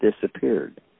disappeared